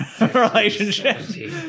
relationship